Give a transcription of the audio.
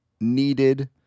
needed